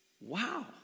wow